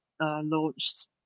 launched